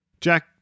Jack